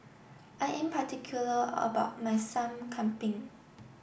I am particular about my Sup Kambing